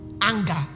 anger